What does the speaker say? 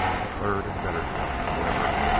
a third and better thought, however,